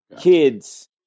kids